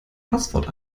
passwort